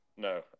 No